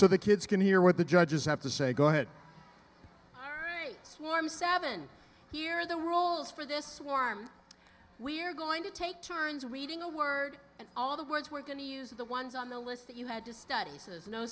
so the kids can hear what the judges have to say go ahead swarm seven here the rules for this swarm we're going to take turns reading a word and all the words we're going to use are the ones on the list that you had to study says no